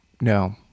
No